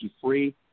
Free